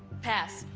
pass.